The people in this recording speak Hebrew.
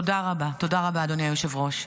תודה רבה, אדוני היושב-ראש.